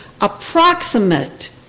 approximate